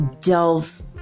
delve